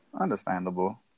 Understandable